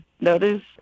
Notice